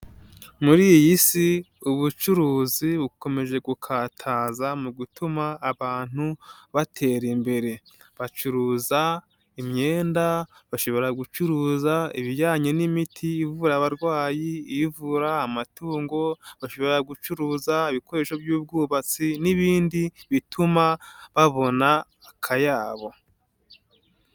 Muri iyi si ubucuruzi bukomeje gukataza mu gutuma abantu batera imbere, bacuruza imyenda, bashobora gucuruza ibijyanye n'imiti ivura abarwayi, ivura amatungo, bashobora gucuruza ibikoresho by'ubwubatsi n'ibindi bituma babona akayabo.